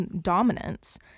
dominance